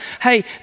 Hey